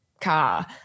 car